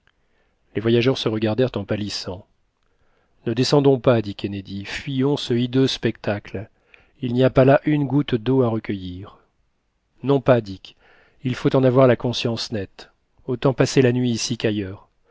les voyageurs se regardèrent en palissant ne descendons pas dit kennedy fuyons ce hideux spectacle il n'y a pas là une goutte d'eau à recueillir non pas dick il faut en avoir la conscience nette autant passer la nuit ici qu'ailleurs